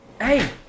Hey